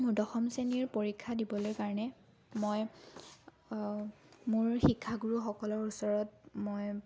মোৰ দশম শ্ৰেণীৰ পৰিক্ষা দিবলৈ কাৰণে মই মোৰ শিক্ষাগুৰুসকলৰ ওচৰত মই